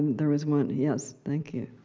there was one yes, thank you!